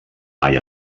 mai